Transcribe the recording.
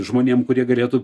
žmonėm kurie galėtų